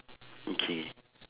okay